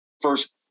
first